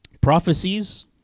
prophecies